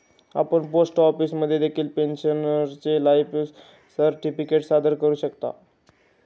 आपण पोस्ट ऑफिसमध्ये देखील पेन्शनरचे लाईफ सर्टिफिकेट सादर करू शकता